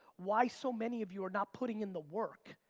why so many of you are not putting in the work.